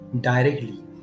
directly